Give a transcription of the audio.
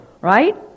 right